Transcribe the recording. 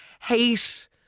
hate